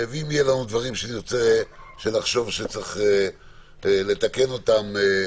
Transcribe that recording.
ואם יהיו לנו דברים שנחשוב שצריך לתקן אותם,